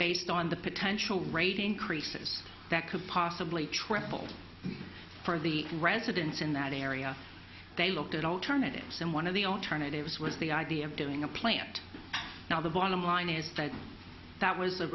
based on the potential rate increases that could possibly travel for the residents in that area they looked at alternatives and one of the alternatives was the idea of doing a plant now the bottom line is that that was the